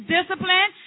Discipline